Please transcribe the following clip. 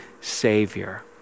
savior